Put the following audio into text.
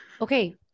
Okay